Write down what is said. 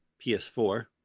ps4